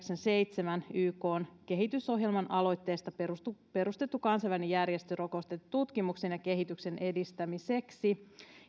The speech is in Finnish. yhdeksänkymmentäseitsemän ykn kehitysohjelman aloitteesta perustettu perustettu kansainvälinen järjestö rokotetutkimuksen ja kehityksen edistämiseksi